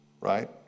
right